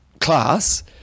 class